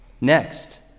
Next